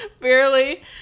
barely